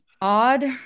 Odd